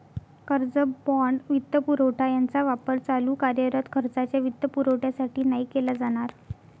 कर्ज, बाँड, वित्तपुरवठा यांचा वापर चालू कार्यरत खर्चाच्या वित्तपुरवठ्यासाठी नाही केला जाणार